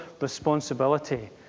responsibility